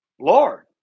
Lord